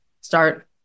start